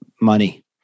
money